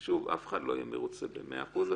אף אחד לא יהיה מרוצה במאה אחוז,